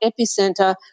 epicenter